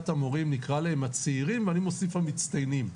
המורים נקרא להם הצעירים ואני מוסיף המצטיינים.